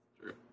True